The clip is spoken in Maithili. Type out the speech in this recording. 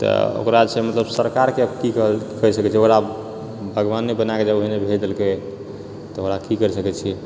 तऽ ओकरासँ मतलब सरकारकेँ कि कहल कहि सकैत छी ओकरा भगवाने बनाके ओहिना भेजि देलकै तऽ ओकरा कि करि सकैत छी